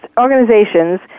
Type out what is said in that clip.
organizations